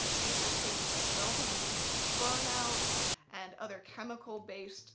the case of things like velvet, you can do burnouts and other chemical based